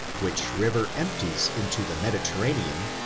which river empties into the mediterranean,